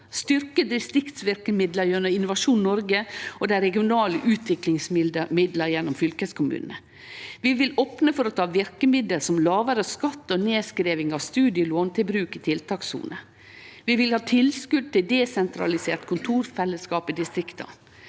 styrkje distriktsverkemidla gjennom Innovasjon Norge og dei regionale utviklingsmidla gjennom fylkeskommunane. Vi vil opne for å ta i bruk verkemiddel som lågare skatt og nedskriving av studielån i tiltakssonene. Vi vil ha tilskot til desentraliserte kontorfellesskap i distrikta.